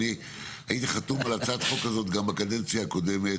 אני הייתי חתום על הצעת החוק הזאת גם בקדנציה הקודמת